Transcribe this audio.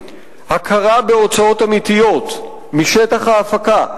הכרה בהוצאות אמיתיות משטח ההפקה,